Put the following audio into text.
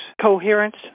Coherence